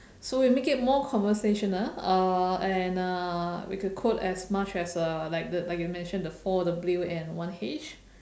so we make it more conversational uh and uh we could quote as much as uh like the like you mentioned the four W and one H